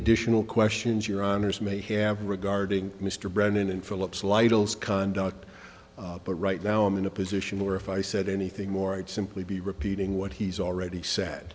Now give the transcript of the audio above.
additional questions your honour's may have regarding mr brennan and philip's lytle conduct but right now i'm in a position where if i said anything more i'd simply be repeating what he's already said